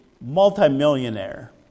multimillionaire